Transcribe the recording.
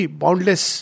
boundless